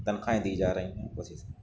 تنخواہیں دی جا رہی ہیں اسی سے